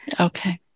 Okay